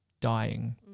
dying